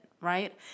right